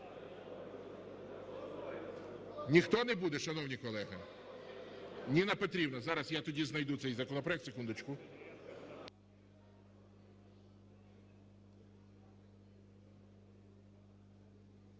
Ніхто не буде, шановні колеги? Ніна Петрівна. Зараз я тоді знайду цей законопроект, секундочку.